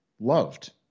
loved